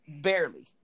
barely